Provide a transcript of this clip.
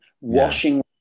washing